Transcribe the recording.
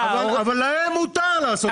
אבל להם מותר לעשת את זה.